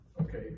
okay